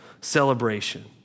celebration